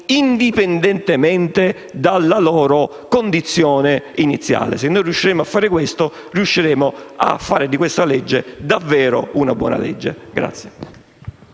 indipendentemente dalla loro condizione iniziale. Se noi riusciremo a fare questo, riusciremo a fare di questo provvedimento davvero una buona legge.